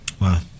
Wow